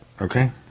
Okay